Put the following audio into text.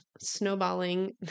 snowballing